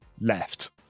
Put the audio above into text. left